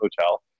Hotel